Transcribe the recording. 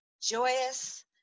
joyous